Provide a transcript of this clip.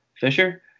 Fisher